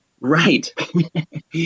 Right